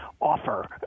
offer